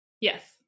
Yes